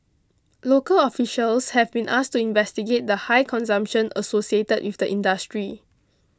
local officials have been asked to investigate the high consumption associated with the industry